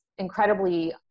Incredibly